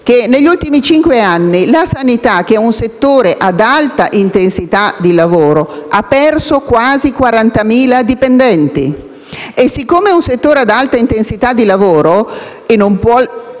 che negli ultimi cinque anni la sanità, che è un settore ad alta intensità di lavoro, ha perso quasi 40.000 dipendenti e, siccome è un settore ad alta intensità di lavoro e non può